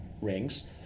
rings